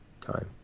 time